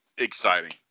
Exciting